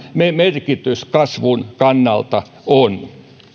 merkitys kasvun kannalta on